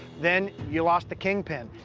then you lost the kingpin.